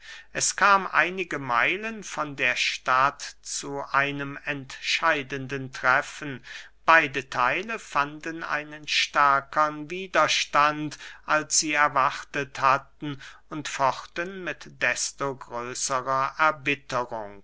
es kam einige meilen von der stadt zu einem entscheidenden treffen beide theile fanden einen stärkern widerstand als sie erwartet hatten und fochten mit desto größerer erbitterung